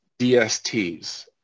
DSTs